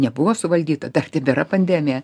nebuvo suvaldyta dar tebėra pandemija